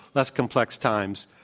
less complex times,